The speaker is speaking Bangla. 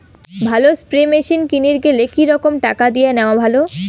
ভালো স্প্রে মেশিন কিনির গেলে কি রকম টাকা দিয়া নেওয়া ভালো?